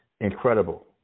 Incredible